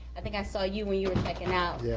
i think i saw you when you were checking out,